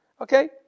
Okay